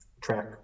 track